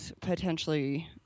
potentially